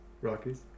Rockies